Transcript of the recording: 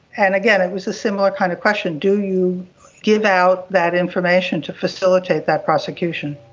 and again, it was a similar kind of question do you give out that information to facilitate that prosecution?